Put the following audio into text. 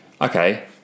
Okay